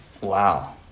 Wow